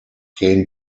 kane